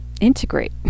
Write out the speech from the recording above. integrate